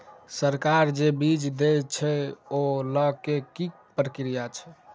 सरकार जे बीज देय छै ओ लय केँ की प्रक्रिया छै?